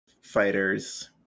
fighters